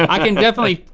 i can definitely,